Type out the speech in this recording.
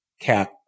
cat